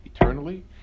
eternally